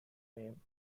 name